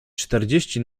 czterdzieści